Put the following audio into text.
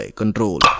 control